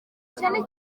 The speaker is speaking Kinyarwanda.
cyane